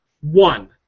One